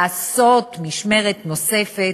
לעשות משמרת נוספת,